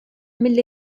mill